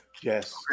Yes